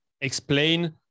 explain